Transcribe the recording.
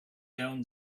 down